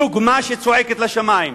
דוגמה שזועקת לשמים: